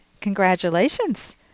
Congratulations